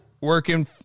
working